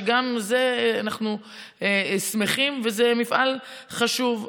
גם על זה אנחנו שמחים, וזה מפעל חשוב.